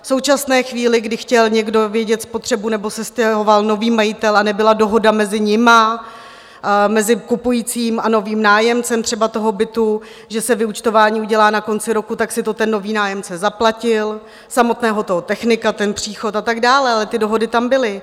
V současné chvíli, kdy chtěl někdo vědět spotřebu, nebo se stěhoval nový majitel a nebyla dohoda mezi nimi, mezi kupujícím a novým nájemcem třeba toho bytu, že se vyúčtování udělá na konci roku, tak si to ten nový nájemce zaplatil, samotného toho technika, ten příchod, a tak dále, ale ty dohody tam byly.